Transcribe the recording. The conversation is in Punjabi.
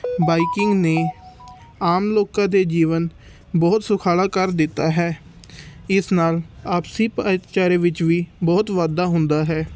ਬਾਈਕਿੰਗ ਨੇ ਆਮ ਲੋਕਾਂ ਦੇ ਜੀਵਨ ਬਹੁਤ ਸੁਖਾਲਾ ਕਰ ਦਿੱਤਾ ਹੈ ਇਸ ਨਾਲ ਆਪਸੀ ਭਾਈਚਾਰੇ ਵਿੱਚ ਵੀ ਬਹੁਤ ਵਾਧਾ ਹੁੰਦਾ ਹੈ